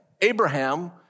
Abraham